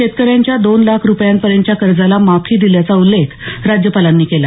शेतक यांच्या दोन लाख रुपयांपर्यंतच्या कर्जाला माफी दिल्याचा उल्लेख राज्यपालांनी केला